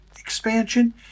expansion